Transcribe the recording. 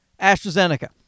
astrazeneca